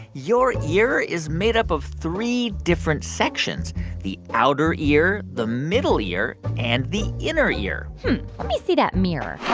your ear is made up of three different sections the outer ear, the middle ear and the inner ear let me see that mirror.